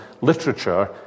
literature